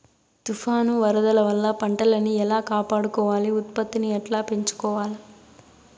తుఫాను, వరదల వల్ల పంటలని ఎలా కాపాడుకోవాలి, ఉత్పత్తిని ఎట్లా పెంచుకోవాల?